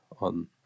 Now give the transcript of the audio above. on